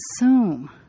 assume